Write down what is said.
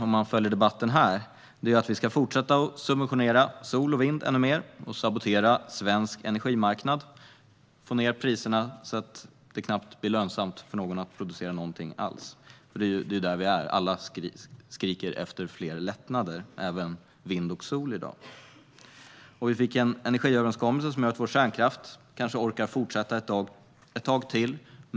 Om man följer debatten här ska lösningen i Sverige vara att vi fortsätter att subventionera sol och vind ännu mer och att vi saboterar svensk energimarknad genom att få ned priserna så att det knappt blir lönsamt för någon att producera någonting alls. Det är ju där vi befinner oss - alla skriker efter fler lättnader, även när det gäller vind och sol. Vi fick en energiöverenskommelse som gör att vår kärnkraft kanske orkar fortsätta ett tag till.